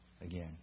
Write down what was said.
again